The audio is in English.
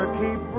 keep